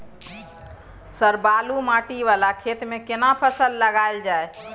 Sir बालू माटी वाला खेत में केना फसल लगायल जाय?